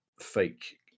fake